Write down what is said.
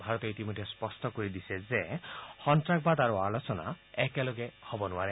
ভাৰতে ইতিমধ্যে স্পষ্ট কৰি দিছিল যে সন্তাসবাদ আৰু আলোচনা একেলগে হ'ব নোৱাৰে